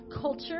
culture